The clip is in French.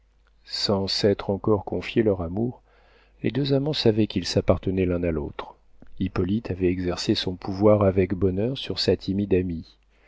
sans s'être encore confié leur amour les deux amants savaient qu'ils s'appartenaient l'un à l'autre hippolyte avait exercé son pouvoir avec bonheur sur sa timide